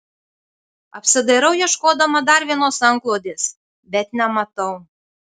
apsidairau ieškodama dar vienos antklodės bet nematau